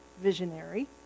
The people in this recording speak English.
visionary